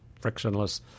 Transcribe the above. frictionless